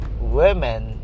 women